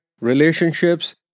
relationships